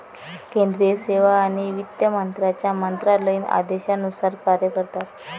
केंद्रीय सेवा आणि वित्त मंत्र्यांच्या मंत्रालयीन आदेशानुसार कार्य करतात